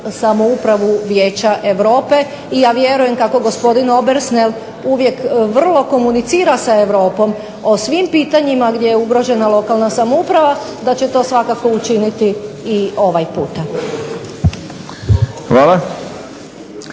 samoupravu Vijeća Europe i ja vjerujem kako gospodin Obersnel uvijek vrlo komunicira sa Europom o svim pitanjima gdje je ugrožena lokalna samouprava da će to svakako učiniti i ovaj puta.